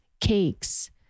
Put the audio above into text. cakes